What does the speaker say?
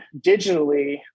digitally